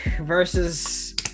versus